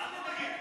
אל תדאגי,